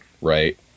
right